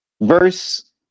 Verse